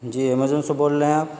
جی Amazon سے بول رہے ہیں آپ